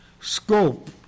scope